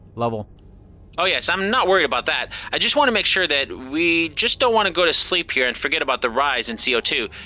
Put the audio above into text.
lovell oh yes, i'm not worried about that. i just wanted to make sure that we just don't want to go to sleep here and forget about the rise in c o two.